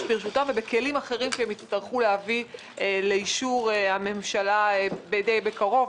ברשותם ובכלים אחרים שהם יצטרכו להביא לאישור הממשלה די בקרוב.